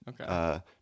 Okay